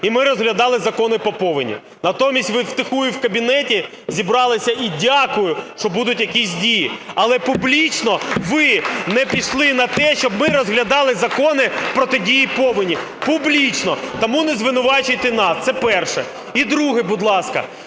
і ми розглядали закони по повені. Натомість ви втихую у кабінеті зібралися і, дякую, що будуть якісь дії, але публічно ви не пішли на те, щоб ми розглядали закони протидії повені, публічно. Тому не звинувачуйте нас. Це перше. І, друге, будь ласка.